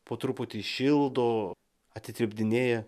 po truputį šildo atitirpdinėja